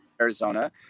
Arizona